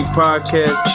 podcast